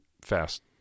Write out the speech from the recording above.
fast